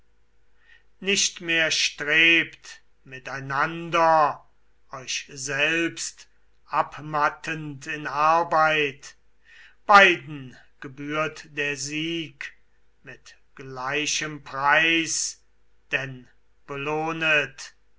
nicht mehr strebt miteinander euch selbst abmattend in arbeit beiden gebührt der sieg mit gleichem preis denn belohnet